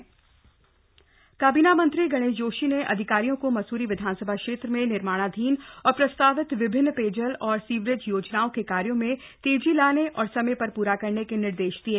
समीक्षा बैठक काबीना मंत्री गणेश जोशी ने अधिकारियों को मसूरी विधानसभा क्षेत्र में निर्माणाधीन और प्रस्तावित विभिन्न पेयजल और सीवरेज योजनाओं के कार्यो में तेजी लाने और समय पर पूरा करने के निर्देश दिये